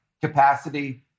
capacity